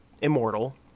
immortal